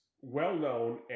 well-known